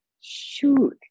shoot